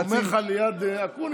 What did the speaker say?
אני אומר לך ליד אקוניס.